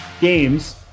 games